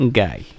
guy